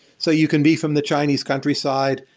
so you can be from the chinese countryside,